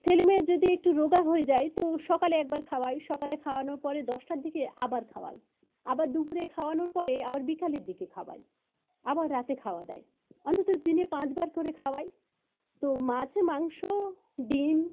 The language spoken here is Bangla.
ছেলে মেয়ে যদি একটু রোগা হয়ে যায় তো সকালে একবার খাওয়ায় সকালে খাওয়ানোর পরে দশটার দিকে আবার খাওয়ায় আবার দুপুরে খাওয়ানোর পরে আবার বিকালের দিকে খাওয়ায় আবার রাতে খাওয়া দেয় অন্তত দিনে পাঁচবার করে খাওয়ায় তো মাছ মাংস ডিম